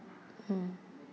mm